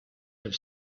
have